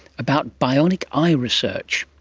about bionic eye research.